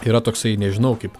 yra toksai nežinau kaip